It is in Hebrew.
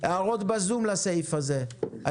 הערות בזום לסעיף הזה?